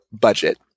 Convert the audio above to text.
budget